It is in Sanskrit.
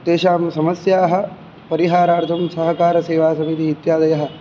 तेषां समस्याः परिहारार्थं सहकारसेवासमितिः इत्यादयः